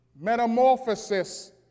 Metamorphosis